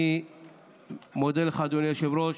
אני מודה לך, אדוני היושב-ראש.